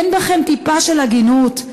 אין בכם טיפה של הגינות?